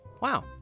Wow